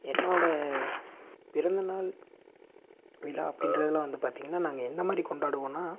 என்னோட பிறந்தநாள் விழா அப்படின்றதுலாம் வந்து பார்த்திங்கன்னா நாங்கள் என்ன மாதிரி கொண்டாடுவோம்னால்